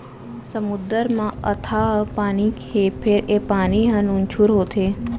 समुद्दर म अथाह पानी हे फेर ए पानी ह नुनझुर होथे